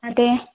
അതെ